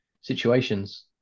situations